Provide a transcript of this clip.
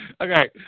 Okay